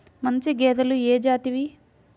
మంచి గేదెలు ఏ జాతివి?